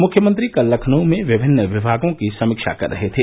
मुख्यमंत्री कल लखनऊ में विभिन्न विभागों की समीक्षा कर रहे थे